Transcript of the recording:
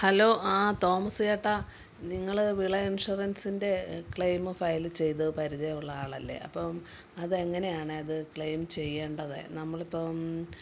hello ആ Thomas ചേട്ട നിങ്ങൾ വിള ഇൻഷുറൻസിൻ്റെ ക്ലെയിം ഫയൽ ചെയ്തൊ പരിചയമുള്ള ആളല്ലെ അപ്പം അതെങ്ങനെയാണത് ക്ലെയിം ചെയ്യേണ്ടത് നമ്മളിപ്പം